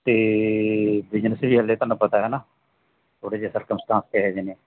ਅਤੇ ਬਿਜਨਸ ਵੀ ਹਜੇ ਤੁਹਾਨੂੰ ਪਤਾ ਹੈ ਨਾ ਥੋੜ੍ਹੇ ਜਿਹੇ ਸਰਕਮਸਟਾਂਸ ਕਿਹੋ ਜਿਹੇ ਨੇ